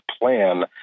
plan